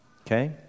Okay